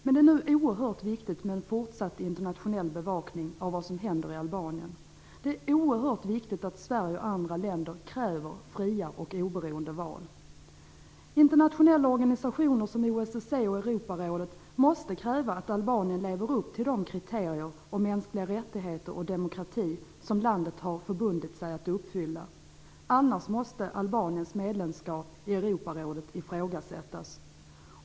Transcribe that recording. Det är nu oerhört viktigt med en fortsatt internationell bevakning av vad som händer i Albanien. Det är oerhört viktigt att Sverige och andra länder kräver fria och oberoende val. Internationella organisationer som OSSE och Europarådet måste kräva att Albanien lever upp till de kriterier om mänskliga rättigheter och demokrati som landet har förbundit sig att uppfylla. Annars måste Albaniens medlemskap i Europarådet ifrågasättas.